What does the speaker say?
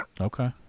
okay